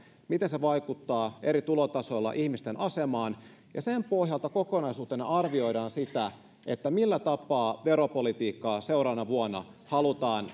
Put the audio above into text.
miten se vaikuttaa eri tulotasoilla ihmisten asemaan ja sen pohjalta kokonaisuutena arvioidaan sitä millä tapaa veropolitiikkaa seuraavana vuonna halutaan